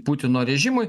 putino režimui